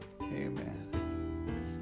Amen